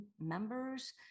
members